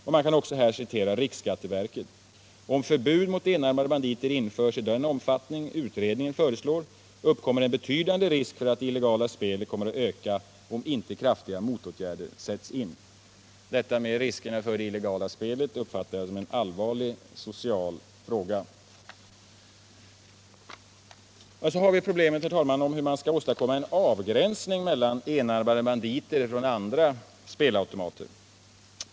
Jag kan också här citera riksskatteverket, som säger: ”Om förbud mot enarmade banditer införs i den omfattning utredningen föreslår, uppkommer en betydande risk för att det illegala spelet kommer att öka, om inte kraftiga motåtgärder sätts in.” Riskerna med det illegala spelet uppfattar jag som en allvarlig social fråga. Vi har så problemet om hur man skall avgränsa s.k. enarmade banditer från andra spelautomater.